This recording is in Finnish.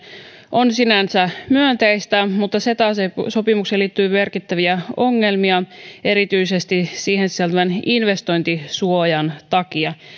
on sinänsä myönteistä mutta ceta sopimukseen liittyy merkittäviä ongelmia erityisesti siihen sisältyvän investointisuojan takia